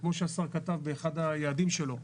כמו שהשר כתב באחד היעדים שלו,